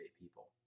people